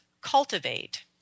cultivate